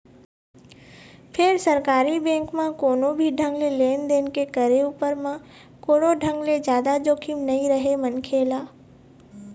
फेर सरकारी बेंक म कोनो भी ढंग ले लेन देन के करे उपर म कोनो ढंग ले जादा जोखिम नइ रहय मनखे ल